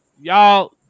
Y'all